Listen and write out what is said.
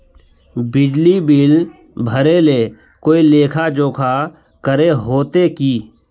बिजली बिल भरे ले कोई लेखा जोखा करे होते की?